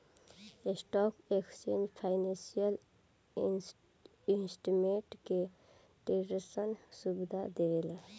stock exchange financial instrument के ट्रेडरसन सुविधा देवेला